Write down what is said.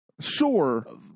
Sure